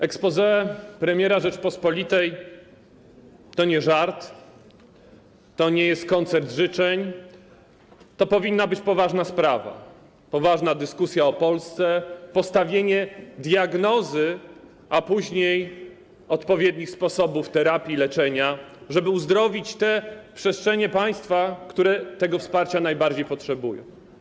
Exposé premiera Rzeczypospolitej to nie żart, to nie jest koncert życzeń, to powinna być poważna sprawa - poważna dyskusja o Polsce, postawienie diagnozy, a później przedstawienie odpowiednich sposobów terapii, leczenia, żeby uzdrowić te przestrzenie państwa, które tego wsparcia najbardziej potrzebują.